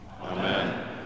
Amen